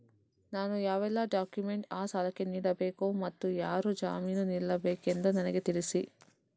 ನಾನು ಯಾವೆಲ್ಲ ಡಾಕ್ಯುಮೆಂಟ್ ಆ ಸಾಲಕ್ಕೆ ನೀಡಬೇಕು ಮತ್ತು ಯಾರು ಜಾಮೀನು ನಿಲ್ಲಬೇಕೆಂದು ನನಗೆ ತಿಳಿಸಿ?